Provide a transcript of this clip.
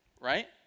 right